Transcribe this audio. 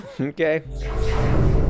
Okay